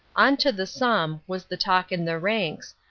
on to the somme, was the talk in the ranks,